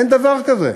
אין דבר כזה.